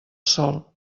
sol